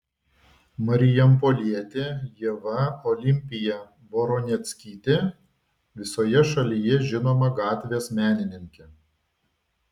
marijampolietė ieva olimpija voroneckytė visoje šalyje žinoma gatvės menininkė